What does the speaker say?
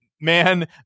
man